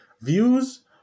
Views